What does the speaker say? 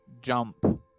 jump